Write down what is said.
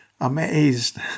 amazed